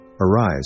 Arise